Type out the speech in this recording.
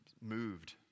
moved